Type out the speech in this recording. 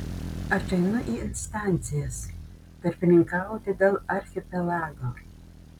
aš einu į instancijas tarpininkauti dėl archipelago